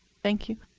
thank you.